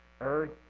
Earth